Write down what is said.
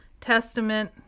Testament